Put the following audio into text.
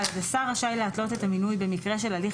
(ד) השר רשאי להתלות את המינוי במקרה של הליך